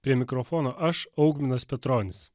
prie mikrofono aš augminas petronis